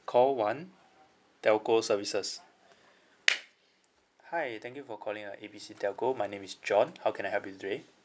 call one telco services hi thank you for calling uh A B C telco my name is john how can I help you today